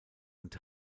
und